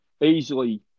easily